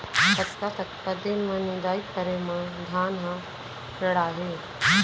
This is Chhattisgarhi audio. कतका कतका दिन म निदाई करे म धान ह पेड़ाही?